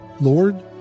Lord